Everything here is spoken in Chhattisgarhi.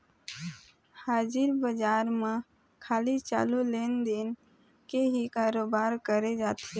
हाजिर बजार म खाली चालू लेन देन के ही करोबार करे जाथे